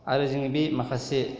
आरो जोंनि बे माखासे